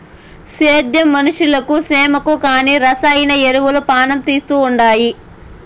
సేద్యం మనుషులకు సేమకు కానీ రసాయన ఎరువులు పానం తీస్తండాయి